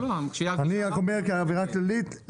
אני רק אומר כאווירה כללית,